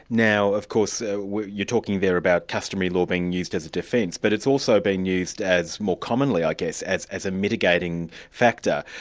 now of course, ah you're talking there about customary law being used as a defence, but it's also being used as, more commonly, i guess, as as a mitigating factor,